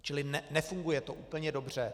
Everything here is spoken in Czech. Čili nefunguje to úplně dobře.